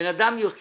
בן אדם יוצא